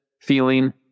feeling